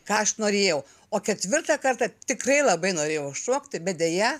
ką aš norėjau o ketvirtą kartą tikrai labai norėjau šokti bet deja